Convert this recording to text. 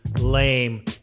lame